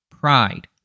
Pride